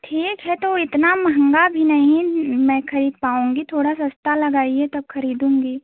ठीक है तो इतना महंगा भी नहीं मैं खरीद पाऊँगी थोड़ा सस्ता लगाइए तब खरीदूँगी